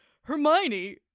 Hermione